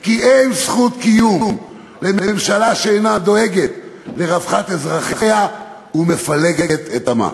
כי אין זכות קיום לממשלה שאינה דואגת לרווחת אזרחיה ומפלגת את עמה.